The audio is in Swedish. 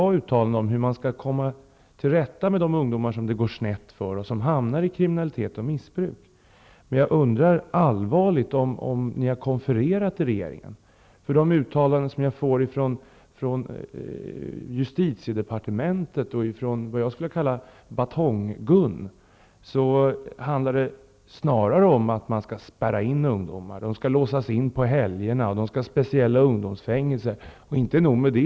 Det handlar alltså om hur man skall göra för att komma till rätta med de ungdomar som det går snett för och som hamnar i kriminalitet och missbruk. Men jag undrar verkligen om ni i regeringen har konfererat med varandra. De uttalanden som kommer från justitiedepartementet och, skulle jag vilja säga, Batong-Gun handlar snarare om att ungdomar skall spärras in. Ungdomarna skall låsas in på helger. Det skall finnas speciella ungdomsfängelser. Och inte nog med det!